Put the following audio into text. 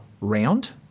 round